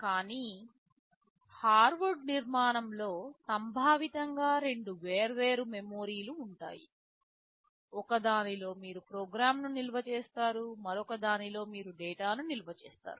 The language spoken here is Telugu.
కానీ హార్వర్డ్ నిర్మాణంలో సంభావితంగా రెండు వేర్వేరు మెమొరీ లు ఉంటాయి ఒకదానిలో మీరు ప్రోగ్రామ్ను నిల్వ చేస్తారు మరొక దానిలో మీరు డేటాను నిల్వ చేస్తారు